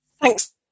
Thanks